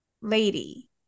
lady